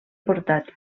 portat